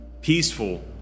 peaceful